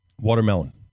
Watermelon